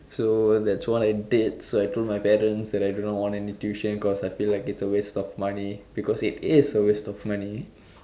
so that's what I did so I told my parents that I didn't want any tuition because I feel like it is a waste of money because it is a waste of money